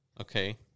Okay